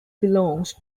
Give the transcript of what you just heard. belongs